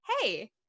hey